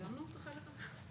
סיימנו את החלק הזה?